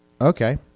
Okay